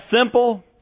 simple